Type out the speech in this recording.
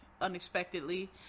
unexpectedly